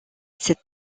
cette